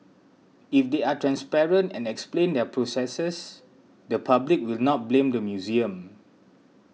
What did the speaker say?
if they are transparent and explain their processes the public will not blame the museum